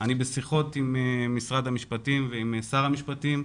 אני בשיחות עם משרד המשפטים ועם שר המשפטים.